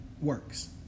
works